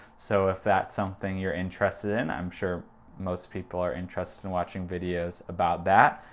so if that's something you're interested in, i'm sure most people are interested in watching videos about that.